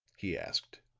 he asked.